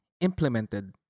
implemented